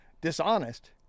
dishonest